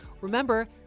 Remember